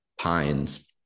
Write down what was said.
Pines